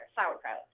sauerkraut